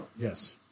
Yes